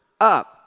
up